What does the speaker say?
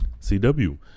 CW